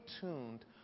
tuned